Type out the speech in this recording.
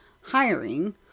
hiring